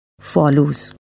follows